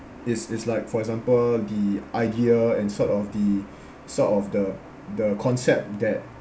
is is like for example the idea and sort of the sort of the the concept that